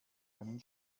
einen